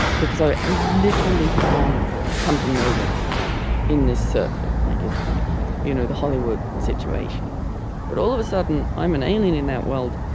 because i literally have gone come from nowhere in this circle like you know the hollywood situation but all of a sudden i'm an alien in that world.